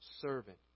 servant